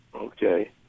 Okay